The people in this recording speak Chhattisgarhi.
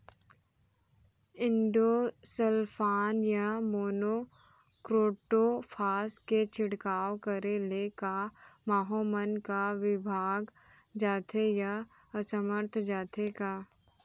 इंडोसल्फान या मोनो क्रोटोफास के छिड़काव करे ले क माहो मन का विभाग जाथे या असमर्थ जाथे का?